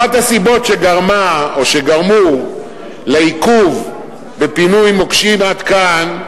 אחת הסיבות שגרמו לעיכוב בפינוי מוקשים עד כאן,